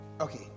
Okay